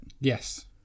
Yes